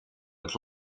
het